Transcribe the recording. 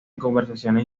conversaciones